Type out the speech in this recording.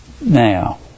Now